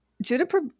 Juniper